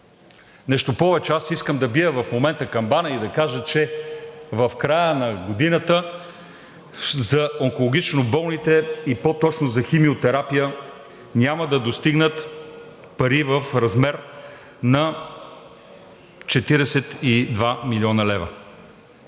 Нещо повече, аз искам в момента да бия камбана и да кажа, че в края на годината за онкологично болните и по-точно за химиотерапия няма да достигнат пари в размер на 42 млн. лв.